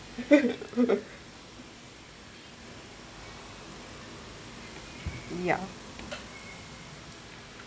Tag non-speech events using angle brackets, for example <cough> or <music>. <laughs> ya